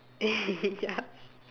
ya